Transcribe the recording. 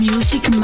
Music